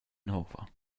nova